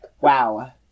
wow